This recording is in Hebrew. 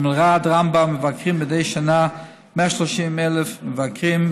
במלר"ד רמב"ם מבקרים מדי שנה 130,000 מבקרים.